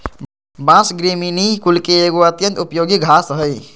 बाँस, ग्रामिनीई कुल के एगो अत्यंत उपयोगी घास हइ